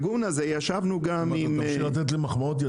ישבנו גם עם הנשיא אלקובי,